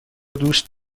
دوست